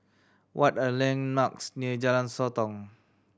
what are the landmarks near Jalan Sotong